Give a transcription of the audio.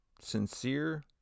sincere